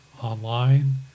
online